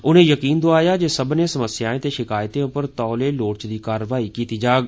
उनें यकीन दोआया जे सब्बनें समस्याएं ते शिकायतें पर तौले लोड़चदी कारवाई कीती जाग